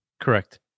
Correct